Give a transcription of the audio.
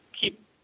keep